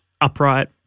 upright